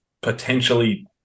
potentially